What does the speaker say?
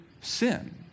sin